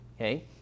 Okay